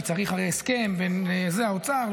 כי הרי צריך הסכם בין האוצר,